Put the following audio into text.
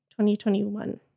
2021